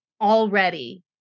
already